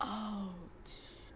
!ouch!